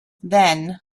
then